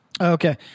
Okay